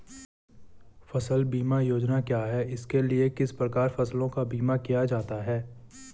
फ़सल बीमा योजना क्या है इसके लिए किस प्रकार फसलों का बीमा किया जाता है?